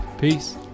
Peace